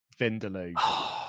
Vindaloo